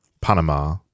Panama